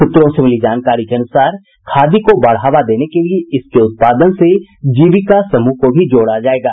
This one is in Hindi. सूत्रों से मिली जानकारी के अनुसार खादी को बढ़ावा देने के लिए इसके उत्पादन से जीविका समूह को भी जोड़ा जायेगा